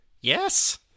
Yes